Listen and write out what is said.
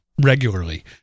regularly